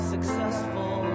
Successful